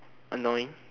annoying